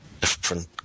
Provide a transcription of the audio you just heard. different